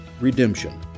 Redemption